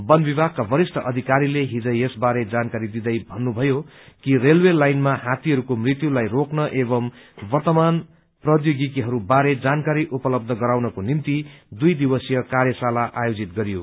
वन विभागका वरिष्ठ अधिकारीले हिज यसवारे जानकारी दिँदै भन्नुभयो कि रेलवे लाइनमा हाथीहरूको मृत्युलाई रोक्न एवं वर्तमान प्रौद्योगिकीहरू बारे जानकारी उपलब्य गराउनको निम्ति दुइ दिवसीय कार्यशाला आयोजित गरियो